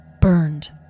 Burned